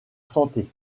santé